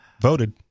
voted